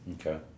Okay